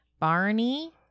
Barney